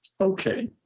Okay